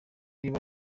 niba